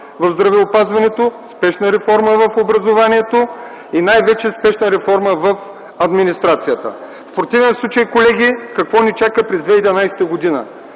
в здравеопазването, в образованието и най-вече спешна реформа в администрацията. В противен случай, колеги, какво ни чака през 2011 г.?